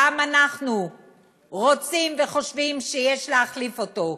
גם אנחנו רוצים וחושבים שיש להחליף אותו,